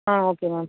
ah okay ma'am